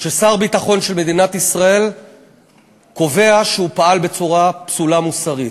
כששר הביטחון קובע שהוא פעל בצורה פסולה מוסרית?